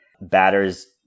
batters